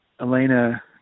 Elena